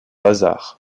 hasard